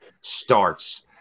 starts